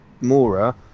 Mora